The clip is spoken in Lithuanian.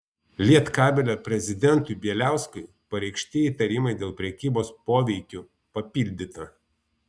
lietkabelio prezidentui bieliauskui pareikšti įtarimai dėl prekybos poveikiu papildyta